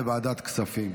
לוועדת כספים.